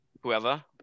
whoever